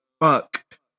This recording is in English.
Fuck